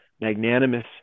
magnanimous